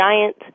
giant